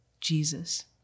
Jesus